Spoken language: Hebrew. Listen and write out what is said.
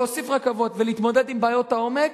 ולהוסיף רכבות ולהתמודד עם בעיות העומק,